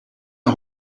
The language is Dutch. een